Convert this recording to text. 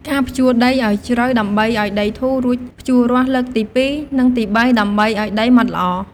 ការភ្ជួរដីឱ្យជ្រៅដើម្បីឱ្យដីធូរ រួចភ្ជួររាស់លើកទីពីរ និងទីបី ដើម្បីឱ្យដីម៉ដ្ឋល្អ។